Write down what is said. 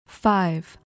Five